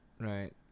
Right